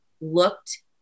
looked